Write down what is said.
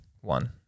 one